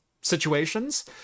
situations